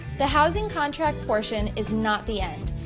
the housing contract portion is not the end.